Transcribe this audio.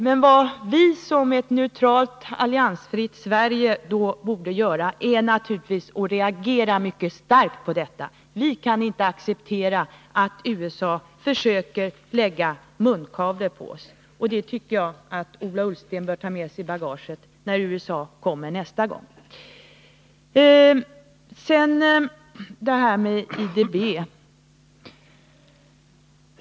Men vad vi i ett neutralt, alliansfritt Sverige då borde göra är naturligtvis att reagera mycket starkt. Vi kan inte acceptera att USA försöker sätta munkavle på oss. Den inställningen tycker jag att Ola Ullsten bör ta med sig i bagaget när USA kommer med protester nästa gång. Så till detta med IDB.